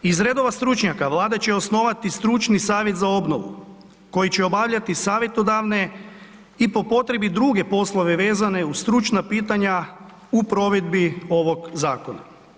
Iz redova stručnjaka vlada će osnovati stručni Savjet za obnovu koji će obavljati savjetodavne i po potrebi druge poslove vezane uz stručna pitanja u provedbi ovog zakona.